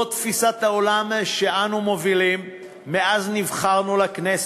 זו תפיסת העולם שאנו מובילים מאז נבחרנו לכנסת.